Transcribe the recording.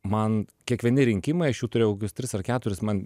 man kiekvieni rinkimai aš jų turėjau kokius tris ar keturis man